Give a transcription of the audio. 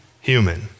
human